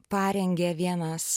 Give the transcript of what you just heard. parengė vienas